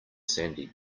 sandy